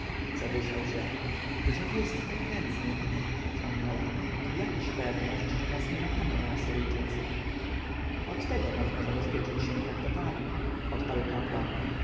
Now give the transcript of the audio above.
zadyszał się jeżeli jest tak nędznym ciągnął to jakaż pewność że nas nie napadną asyryjczycy od tego można zabezpieczyć się traktatami odparł kapłan